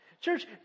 Church